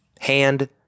hand